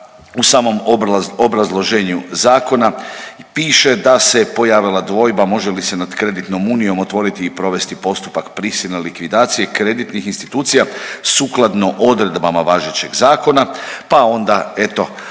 u samom obrazloženju zakona piše da se pojavila dvojba može li se nad kreditnom unijom otvoriti i provesti postupak prisilne likvidacije kreditnih institucija sukladno odredbama važećeg zakona, pa onda eto